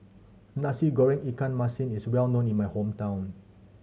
Nasi Goreng ikan masin is well known in my hometown